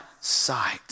sight